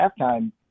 halftime